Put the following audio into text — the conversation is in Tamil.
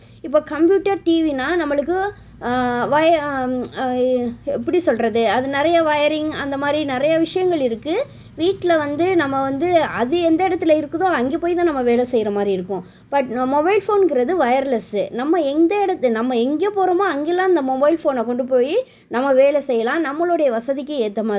இப்போது கம்புயூட்டர் டிவினா நம்மளுக்கு வை எப்படி சொல்கிறது அது நிறைய வயரிங் அந்த மாதிரி நிறைய விஷயங்கள் இருக்குது வீட்டில் வந்து நம்ம வந்து அது எந்த இடத்துல இருக்குதோ அங்கே போய் தான் நம்ம வேலை செய்கிற மாதிரி இருக்கும் பட் மொபைல் ஃபோனுங்கிறது வயர்லெஸ்ஸு நம்ம எந்த எடுத் நம்ம எங்கே போகிறோமோ அங்கேல்லாம் அந்த மொபைல் ஃபோனை கொண்டு போய் நம்ம வேலை செய்யலாம் நம்மளுடைய வசதிக்கு ஏற்ற மாதிரி